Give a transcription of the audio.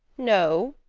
no.